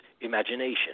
imagination